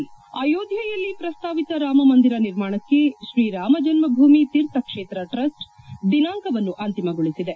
head ಅಯೋಧ್ವೆಯಲ್ಲಿ ಪ್ರಸ್ತಾಪಿತ ರಾಮ ಮಂದಿರ ನಿರ್ಮಾಣಕ್ಕೆ ಶ್ರೀರಾಮ ಜನ್ಮ ಭೂಮಿ ತೀರ್ಥಕ್ಷೇತ್ರ ಟ್ರಸ್ಟ್ ದಿನಾಂಕವನ್ನು ಅಂತಿಮಗೊಳಿಸಿದೆ